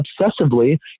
obsessively